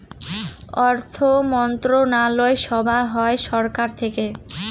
অর্থমন্ত্রণালয় সভা হয় সরকার থেকে